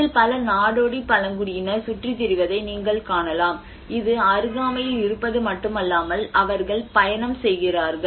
இதில் பல நாடோடி பழங்குடியினர் சுற்றித் திரிவதை நீங்கள் காணலாம் இது அருகாமையில் இருப்பது மட்டுமல்லாமல் அவர்கள் பயணம் செய்கிறார்கள்